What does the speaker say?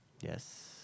Yes